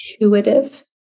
intuitive